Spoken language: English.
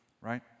right